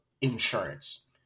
insurance